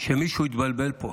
שמישהו התבלבל פה.